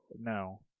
No